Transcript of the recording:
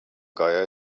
geier